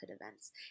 events